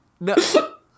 No